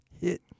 hit